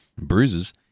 bruises